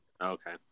Okay